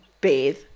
bathe